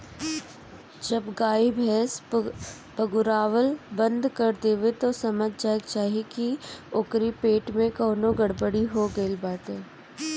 जब गाई भैस पगुरावल बंद कर देवे तअ समझ जाए के चाही की ओकरी पेट में कवनो गड़बड़ी हो गईल बाटे